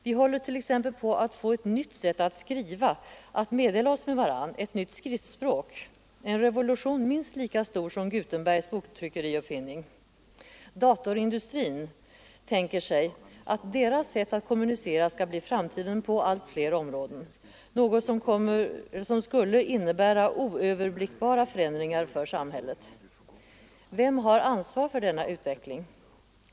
Vi håller t.ex. på att få ett nytt sätt att meddela oss med varandra, ett nytt skriftspråk, en revolution minst lika stor som Gutenbergs uppfinning av boktryckarkonsten. Datorindustrins män tänker sig att deras sätt att kommunicera skall bli framtiden på allt fler områden, något som skulle innebära oöverblickbara förändringar för samhället. Vem har ansvar för denna utveckling?